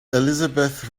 elizabeth